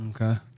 Okay